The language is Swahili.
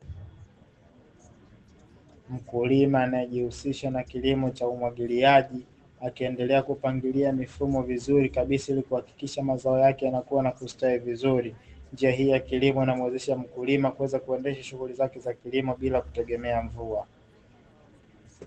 Mkulima anayejihusisha na kilimo cha umwagiliaji akiendelea kupangilia mifumo vizuri kabisa ili kuhakikisha mazao yake yanakua na kustawi vizuri. Njia hii ya kilimo inamwezesha mkulima kuweza kuendesha shughuli zake za kilimo bila kutegemea mvua.